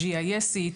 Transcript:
GIS-ית,